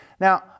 Now